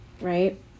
right